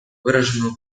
выраженную